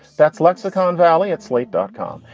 that's lexicon valley at slate dot com.